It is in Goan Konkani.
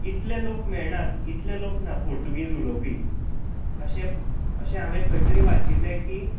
इतले लोक मेळनात इतले लोक ना पुर्तुगीज उलोवपी अशें अशें हांवें खंय तरी वाचिल्लें की